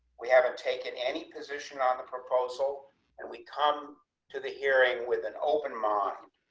we haven't taken any position on the proposal and we come to the hearing with an open mind.